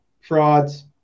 Frauds